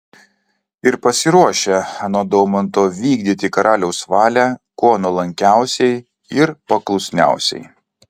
ir pasiruošę anot daumanto vykdyti karaliaus valią kuo nuolankiausiai ir paklusniausiai